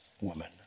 woman